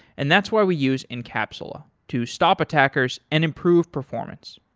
and that's why we use encapsula to stop attackers and improve performance.